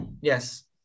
yes